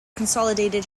consolidated